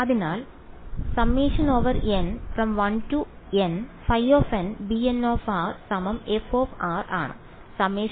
അതിനാൽ ആണ്